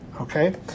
okay